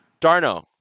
Darno